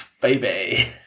baby